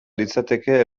litzateke